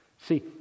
See